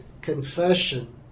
confession